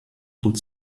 toute